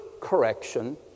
correction